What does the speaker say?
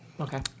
Okay